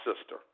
sister